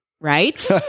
Right